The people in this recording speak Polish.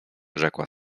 rzekła